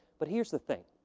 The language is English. but here's the thing.